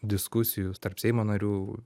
diskusijų tarp seimo narių